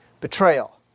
betrayal